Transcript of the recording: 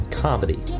comedy